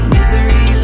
Misery